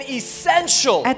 essential